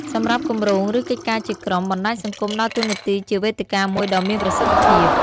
សម្រាប់គម្រោង ឬកិច្ចការជាក្រុម បណ្ដាញសង្គមដើរតួនាទីជាវេទិកាមួយដ៏មានប្រសិទ្ធភាព។